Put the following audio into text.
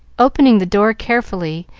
opening the door carefully,